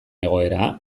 egoera